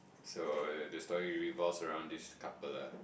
so the story is revolved around this couple lah